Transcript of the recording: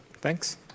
Thanks